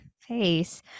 face